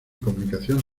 comunicación